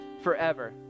forever